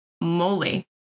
moly